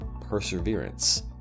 perseverance